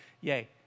yay